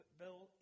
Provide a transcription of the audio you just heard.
bill